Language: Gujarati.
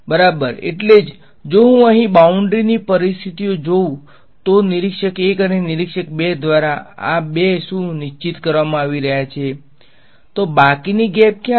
બરાબર એટલું જ જો હું અહીં બાઉંડ્રીની પરિસ્થિતિઓ જોઉં તો નિરીક્ષક ૧ અને નિરીક્ષક ૨ દ્વારા આ બે શું નિશ્ચિત કરવામાં આવી રહ્યા છે તો બાકીની ગેપ ક્યાં છે